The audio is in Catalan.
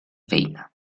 feina